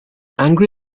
angry